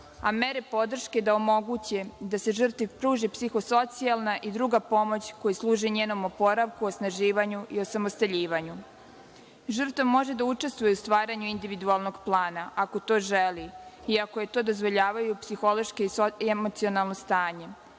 a mere podrške da omoguće da se žrtvi pruži psiho-socijalna i druga pomoć koja služi njenom oporavku, osnaživanju i osamostaljivanju. Žrtva može da učestvuje u stvaranju individualnog plana, ako to želi i ako joj to dozvoljava psihološko i emocionalno stanje.